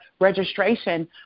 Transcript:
registration